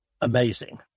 amazing